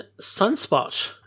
Sunspot